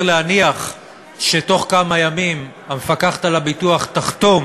להניח שבתוך כמה ימים המפקחת על הביטוח תחתום